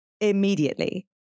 immediately